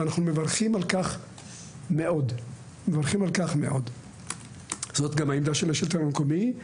אנחנו מברכים על כך מאוד וזאת גם העמדה של השלטון המקומי.